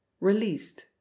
Released